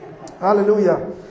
Hallelujah